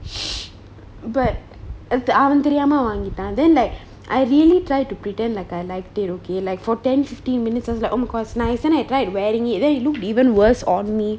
but அந்த அவன் தெரியாம வாங்கிட்டான்:antha avan theriyama vangittan then like I really try to pretend like I like it okay like for ten fifteen minutes I was like oh my god it's nice then I tried wearing it then it looked even worse on me